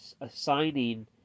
assigning